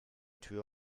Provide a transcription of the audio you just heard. tür